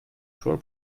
troll